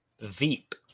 Veep